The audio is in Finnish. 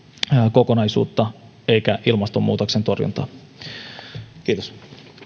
kokonaisuutta eikä ilmastonmuutoksen torjuntaa kiitos